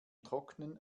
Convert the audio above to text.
trocknen